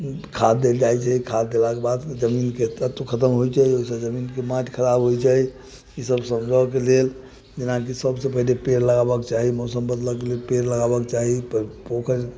खाद देल जाइत छै खाद देलाक बाद जमीनके तत्व खतम होइत छै ओहिसँ जमीनके माटि खराब होइत छै ई सभसँ जुड़क लेल जेना सभसँ पहिले पेड़ लगाबक चाही मौसम बदलक लेल पेड़ लगाबक चाही प पोखरि